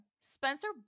Spencer